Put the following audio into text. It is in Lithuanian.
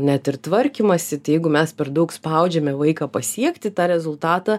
net ir tvarkymąsi tai jeigu mes per daug spaudžiame vaiką pasiekti tą rezultatą